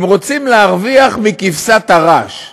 הם רוצים להרוויח מכבשת הרש.